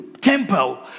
tempo